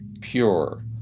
pure